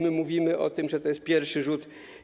My mówimy o tym, że to jest pierwszy rzut.